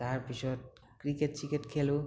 তাৰপিছত ক্ৰিকেট চিকেট খেলোঁ